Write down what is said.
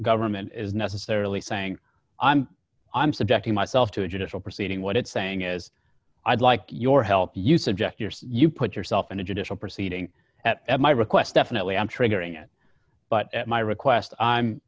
government is necessarily saying i'm i'm subjecting myself to a judicial proceeding what it's saying is i'd like your help you suggest you put yourself in a judicial proceeding at my request definitely i'm triggering it but at my request i'm